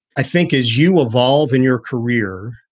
i think as you evolve in your career,